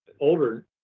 older